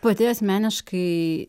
pati asmeniškai